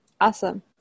Awesome